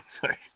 sorry